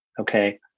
okay